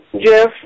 Jeff